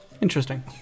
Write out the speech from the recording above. Interesting